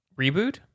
Reboot